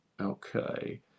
okay